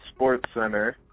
SportsCenter